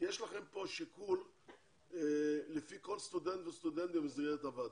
יש לכם פה שיקול לפי כל סטודנט וסטודנטית במסגרת הוועדה.